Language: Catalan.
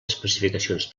especificacions